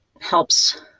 helps